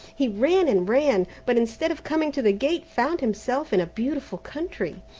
he ran and ran, but instead of coming to the gate found himself in a beautiful country,